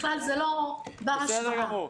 זה בכלל לא בר השוואה.